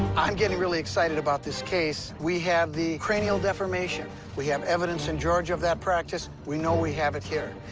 i'm getting really excited about this case. we have the cranial deformation. we have evidence in georgia of that practice. we know we have it here.